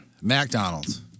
McDonald's